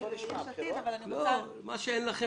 מה אין?